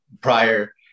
prior